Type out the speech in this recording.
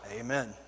amen